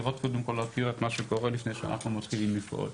להכיר את מה שקורה לפני שאנחנו מתחילים לפעול,